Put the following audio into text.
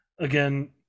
Again